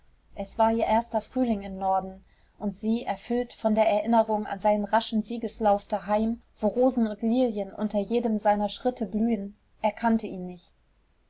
es war ihr erster frühling im norden und sie erfüllt von der erinnerung an seinen raschen siegeslauf daheim wo rosen und lilien unter jedem seiner schritte blühen erkannte ihn nicht